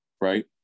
right